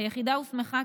היחידה הוסמכה,